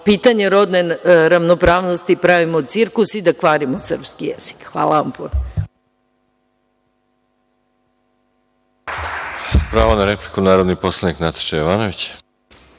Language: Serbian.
pitanja rodne ravnopravnosti pravimo cirkus i da kvarimo srpski jezik. Hvala vam.